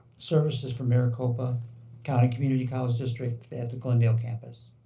services for maricopa county community college district at the glendale campus.